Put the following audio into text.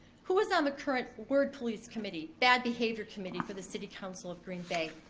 who is on the current word police committee, bad behavior committee for the city council of green bay?